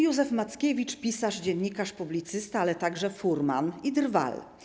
Józef Mackiewicz - pisarz, dziennikarz, publicysta, ale także furman i drwal.